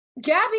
Gabby